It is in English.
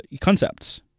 concepts